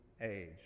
age